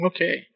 Okay